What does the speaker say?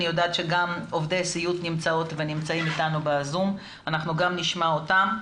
אני יודעת שעובדי סיעוד נמצאים אתנו ב-זום ואנחנו גם נשמע אותם.